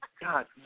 God